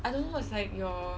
I don't know what is like your